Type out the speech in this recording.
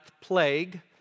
plague